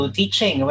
teaching